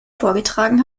vorgetragen